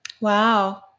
Wow